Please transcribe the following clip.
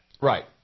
Right